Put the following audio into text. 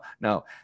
no